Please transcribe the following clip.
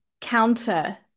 counter